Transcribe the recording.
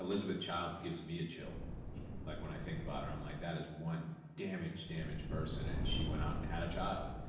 elizabeth childs gives me a chill. like when i think about it, i'm like, that is one damaged, damaged person. and she went out and had a child.